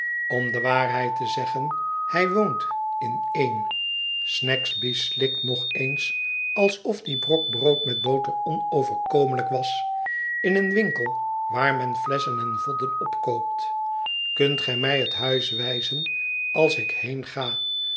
om de waarheid te zeggen hij woont in een snagsby slikt nog eens alsof die brok brood met boter onoverkomelijk was in een winkel waar men flesschen en vodden opkoopt kunt gij mij het huis wijzen als ik heenga